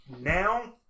now